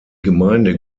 gemeinde